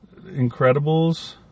Incredibles